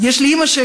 יש לי אימא,